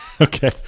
okay